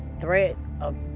threat of